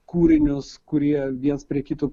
kūrinius kurie viens prie kito